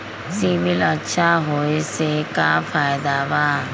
CIBIL अच्छा होऐ से का फायदा बा?